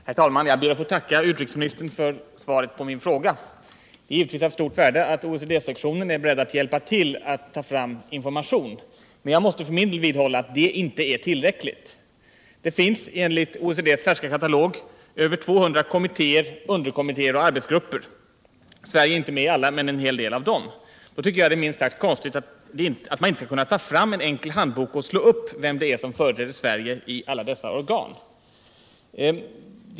Herr talman! Jag ber att få tacka utrikesministern för svaret på min fråga. Det är givetvis av stort värde att OECD-sektionen är beredd att hjälpa till att ta fram information, men jag måste för min del vidhålla att det inte är tillräckligt. Det finns enligt OECD:s färska katalog över 200 kommittéer, underkommittéer och arbetsgrupper inom OECD. Sverige är inte med i alla men i en hel del av dem. Det är med tanke på detta minst sagt konstigt att det inte kunnat utarbetas en enkel handbok, där man kan slå upp vilka som företräder Sverige i dessa olika organ.